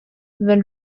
when